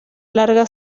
larga